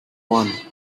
one